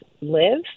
live